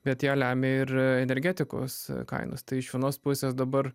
bet ją lemia ir energetikos kainos tai iš vienos pusės dabar